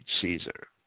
Caesar